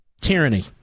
Tyranny